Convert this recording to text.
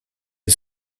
les